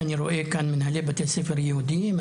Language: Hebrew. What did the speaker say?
אני רואה כאן מנהלי בתי ספר יהודיים,